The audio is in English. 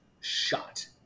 shot